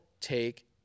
take